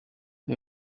are